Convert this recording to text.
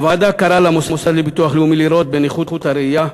הוועדה קראה למוסד לביטוח לאומי לראות בנכות הראייה,